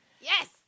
Yes